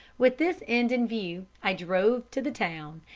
with this end in view, i drove to the town,